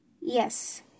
Yes